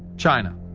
china.